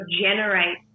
generate